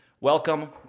Welcome